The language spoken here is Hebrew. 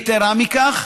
יתרה מזו,